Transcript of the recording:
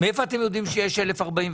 מאיפה אתם יודעים שיש 1,048?